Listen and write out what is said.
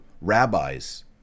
rabbis